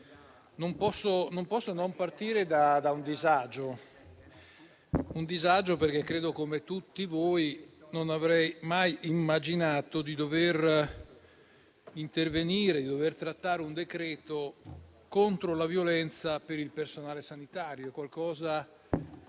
non posso non partire da un disagio, perché, come tutti voi, non avrei mai immaginato di dover intervenire e dover trattare un decreto-legge contro la violenza sul personale sanitario.